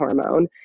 hormone